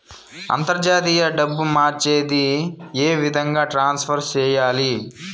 అంతర్జాతీయ డబ్బు మార్చేది? ఏ విధంగా ట్రాన్స్ఫర్ సేయాలి?